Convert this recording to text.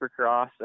Supercross